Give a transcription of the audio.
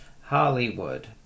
Hollywood